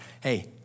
Hey